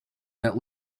that